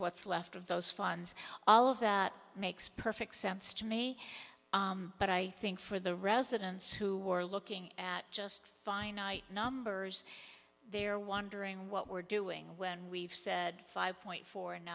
what's left of those funds all of that makes perfect sense to me but i think for the residents who are looking at just finite numbers they're wondering what we're doing when we've said five point four and